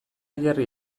jarri